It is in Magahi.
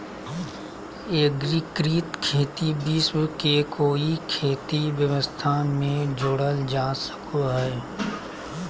एग्रिकृत खेती विश्व के कोई खेती व्यवस्था में जोड़ल जा सको हइ